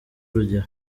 urugero